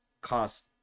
cost